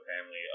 family